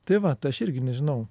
tai va aš irgi nežinau